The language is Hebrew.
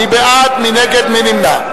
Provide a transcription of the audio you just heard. מי נמנע?